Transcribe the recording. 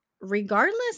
regardless